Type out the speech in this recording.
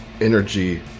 energy